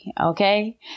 Okay